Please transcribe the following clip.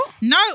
No